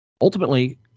ultimately